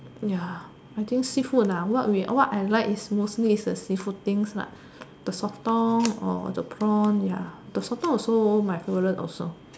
ya I think seafood lah what we what I like is mostly is the seafood things lah the sotong or the prawn ya the sotong also my favourite also